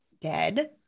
dead